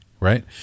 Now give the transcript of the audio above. right